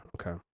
Okay